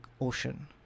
Ocean